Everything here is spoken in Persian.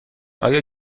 آیا